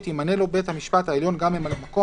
ימנה לו נשיא בית המשפט העליון גם ממלא מקום,